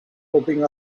bobbing